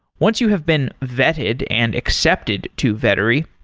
once you have been vetted and accepted to vettery,